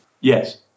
Yes